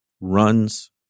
runs